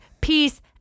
peace